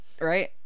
right